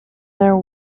their